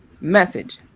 Message